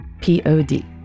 P-O-D